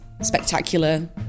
spectacular